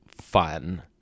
fun